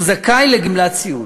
הוא זכאי לגמלת סיעוד.